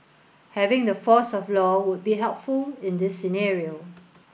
having the force of law would be helpful in this scenario